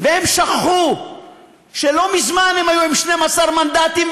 והם שכחו שלא מזמן הם היו עם 12 מנדטים,